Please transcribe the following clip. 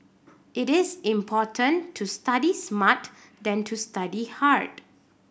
it is important to study smart than to study hard